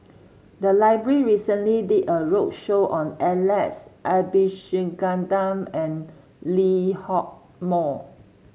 the library recently did a roadshow on Alex Abisheganaden and Lee Hock Moh